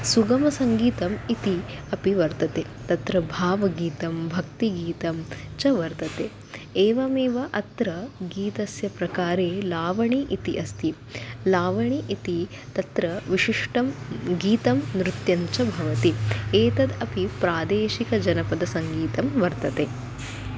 सुगमसङ्गीतम् इति अपि वर्तते तत्र भावगीतं भक्तिगीतं च वर्तते एवमेव अत्र गीतस्य प्रकारे लावणी इति अस्ति लावणी इति तत्र विशिष्टं गीतं नृत्यं च भवति एतद् अपि प्रादेशिकजनपदसङ्गीतं वर्तते